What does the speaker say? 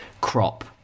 crop